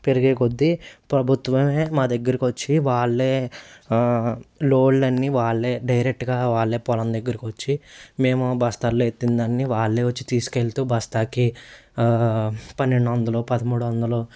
పెరిగే కొద్దీ ప్రభుత్వమే మా దగ్గరికి వచ్చి వాళ్లే లోడ్లన్నీ వాళ్లే డైరెక్ట్గా వాళ్ళే పొలం దగ్గరకు వచ్చి మేము బస్తాల్లో ఎత్తిన దాన్ని వాళ్లే వచ్చి తీసుకెళ్తూ బస్తాకి పన్నెండు వందలు పదమూడు వందలు